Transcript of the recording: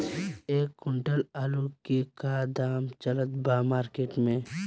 एक क्विंटल आलू के का दाम चलत बा मार्केट मे?